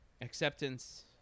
acceptance